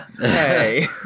Hey